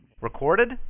Recorded